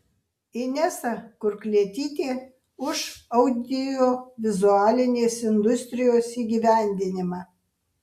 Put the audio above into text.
inesa kurklietytė už audiovizualinės industrijos įgyvendinimą